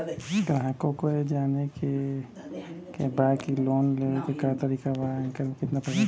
ग्राहक के जाने के बा की की लोन लेवे क का तरीका बा एकरा में कितना किस्त देवे के बा?